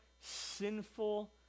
sinful